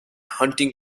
hunting